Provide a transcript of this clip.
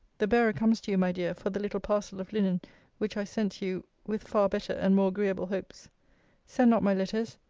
the bearer comes to you, my dear, for the little parcel of linen which i sent you with far better and more agreeable hopes send not my letters.